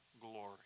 glory